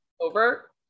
over